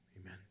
Amen